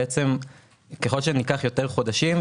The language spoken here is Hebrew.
ככל שניקח יותר חודשים,